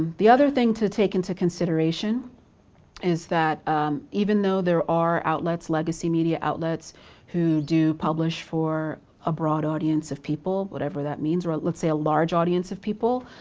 the other thing to take into consideration is that even though there are outlets, legacy media outlets who do publish for a broad audience of people, whatever that means, or let's say a large audience of people.